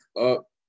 up